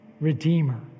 redeemer